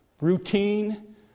routine